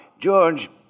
George